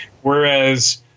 Whereas